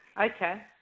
Okay